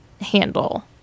handle